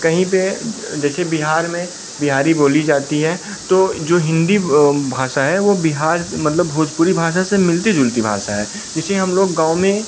कहीं पर जैसे बिहार में बिहारी बोली जाती है तो जो हिंदी भाषा है वह बिहार मतलब भोजपुरी भाषा से मिलती जुलती भाषा है इसे हम लोग गाँव में